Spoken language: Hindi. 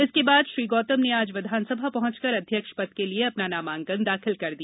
इसके बाद श्री गौतम ने आज विधानसभा पहुंचकर अध्यक्ष पद के लिए अपना नामांकन दाखिल कर दिया